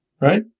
right